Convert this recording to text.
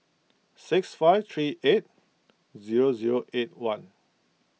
six five three eight zero zero eight one